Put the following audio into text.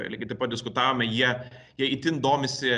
lygiai taip pat diskutavome jie jie itin domisi